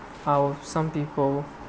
how some people